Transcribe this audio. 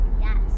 Yes